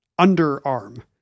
underarm